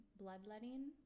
bloodletting